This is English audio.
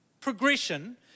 progression